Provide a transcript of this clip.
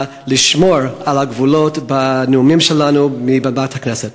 לשמור על הגבולות בנאומים שלנו מעל במת הכנסת.